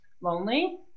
lonely